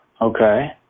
Okay